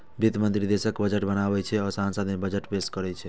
वित्त मंत्री देशक बजट बनाबै छै आ संसद मे बजट पेश करै छै